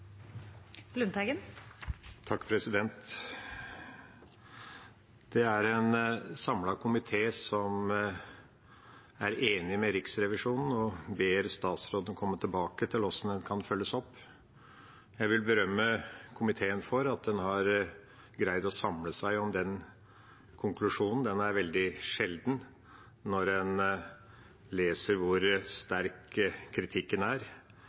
en samlet komité som er enig med Riksrevisjonen og ber statsråden komme tilbake til hvordan rapporten kan følges opp. Jeg vil berømme komiteen for at den har greid å samle seg om den konklusjonen. Den er veldig sjelden, når en leser hvor sterk kritikken er.